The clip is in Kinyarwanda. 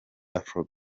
afro